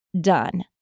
done